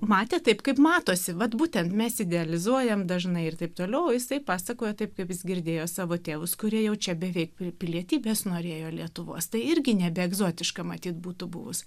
matė taip kaip matosi vat būtent mes idealizuojam dažnai ir taip toliau jisai pasakojo taip kaip jis girdėjo savo tėvus kurie jaučia beveik prie pilietybės norėjo lietuvos tai irgi nebe egzotiška matyt būtų buvus